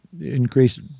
increase